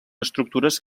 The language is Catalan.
estructures